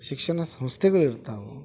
ಶಿಕ್ಷಣ ಸಂಸ್ಥೆಗಳಿರ್ತಾವೆ